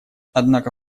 однако